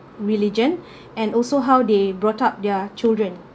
religion and also how they brought up their children